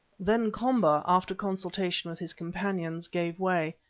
then komba, after consultation with his companions, gave way.